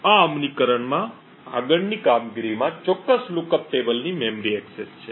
આ અમલીકરણમાં આગળની કામગીરીમાં ચોક્કસ લુકઅપ ટેબલની મેમરી એક્સેસ છે